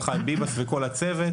עם חיים ביבס ועם כל הצוות,